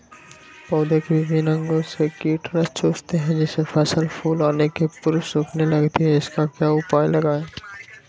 पौधे के विभिन्न अंगों से कीट रस चूसते हैं जिससे फसल फूल आने के पूर्व सूखने लगती है इसका क्या उपाय लगाएं?